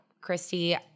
christy